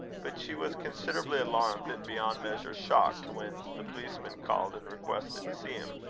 but she was considerably alarmed and beyond measure shocked when the policeman called and requested to see him.